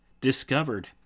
discovered